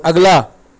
اگلا